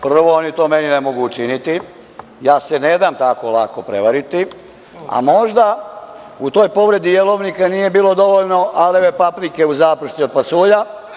Prvo, oni to meni ne mogu učiniti, ja se ne dam tako lako prevariti, a možda u toj povredi jelovnika nije bilo dovoljno aleve paprike u zapršci od pasulja.